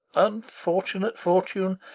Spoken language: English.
unfortunate fortune!